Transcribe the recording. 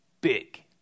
big